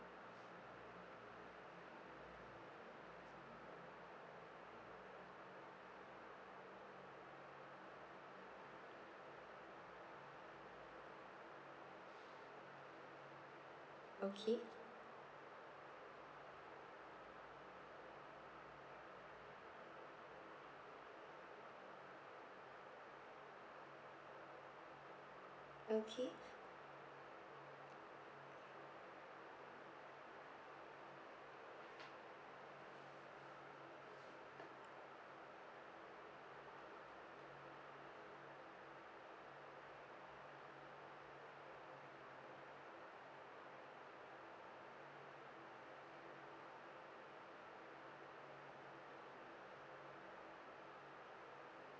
okay okay